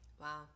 Wow